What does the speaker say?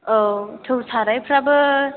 औ थौ सारायफोराबो